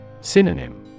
Synonym